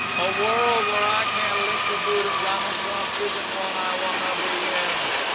a world where i can't lick the boot of donald trump isn't one i want to be in.